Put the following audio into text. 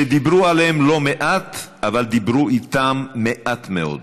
שדיברו עליהם לא מעט, אבל דיברו איתם מעט מאוד.